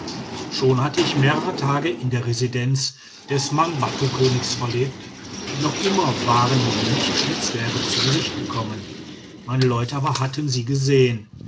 schon hatte ich mehrere tage in der residenz des mangbattukönigs verlebt und noch immer waren mir nicht die zwerge zu gesicht gekommen meine leute aber hatten sie gesehen